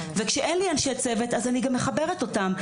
וכשאין לי אנשי צוות אז אני גם מחברת אותם.